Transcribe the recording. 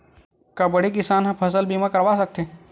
का बड़े किसान ह फसल बीमा करवा सकथे?